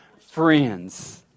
friends